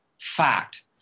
Fact